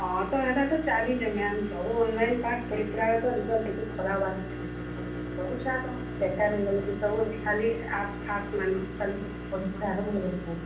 ହଁ ତ ହେଟା ତ ଚାଲିଛି ମ୍ୟାଡ଼ାମ୍ ସବୁ ଅନଲାଇନ୍ ପାଠ୍ ପଢ଼ିପୁଢ଼ା କି ତ ରେଜଲ୍ଟ କେତେ ଖରାପ ଆସୁଛି ଦେଖୁଛନ୍ ସବୁ ଛୁଆ ତ ବେକାର୍ ହେଇଗଲେଣି ସବୁଠି ଖାଲି ଆର୍ଟ୍ସଫାର୍ଟ୍ସ ମାନ କାଲି ପଢ଼ିପୁଢ଼ା କରି ରହୁଛନ୍